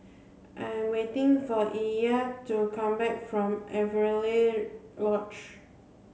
I am waiting for Illya to come back from Avery Lodge